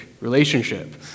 relationship